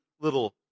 little